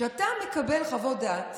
כשאתה מקבל חוות דעת